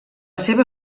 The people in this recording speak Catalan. seva